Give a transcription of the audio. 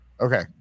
Okay